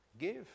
Give